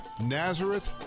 Nazareth